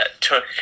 took